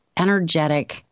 energetic